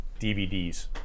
DVDs